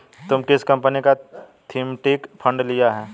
तुमने किस कंपनी का थीमेटिक फंड लिया है?